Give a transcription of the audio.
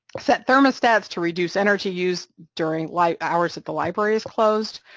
set thermostats to reduce energy use during like hours that the library is closed,